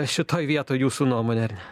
šitoj vietoj jūsų nuomone ar ne